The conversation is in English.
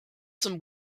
some